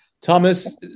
Thomas